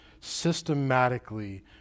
systematically